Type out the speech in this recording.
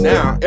Now